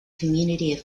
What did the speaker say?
community